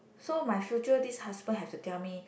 so my future this husband have to tell me